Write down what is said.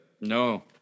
No